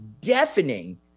deafening